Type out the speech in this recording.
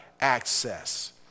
access